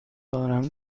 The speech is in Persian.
دارم